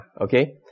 Okay